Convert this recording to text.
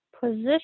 position